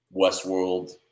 Westworld